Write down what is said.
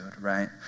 right